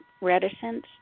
reticence